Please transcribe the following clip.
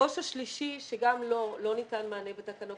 הראש השלישי שגם לו לא ניתן מענה בתקנות